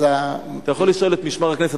אתה יכול לשאול את משמר הכנסת,